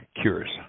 cures